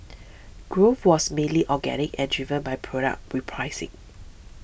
growth was mainly organic and driven by product repricing